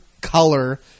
color